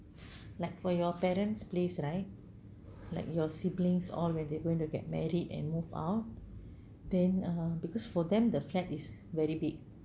like for your parents place right like your siblings already when they're going to get married and move out then uh because for them the flat is very big